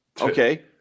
Okay